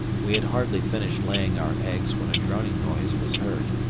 we had hardly finished laying our eggs when a droning noise was heard.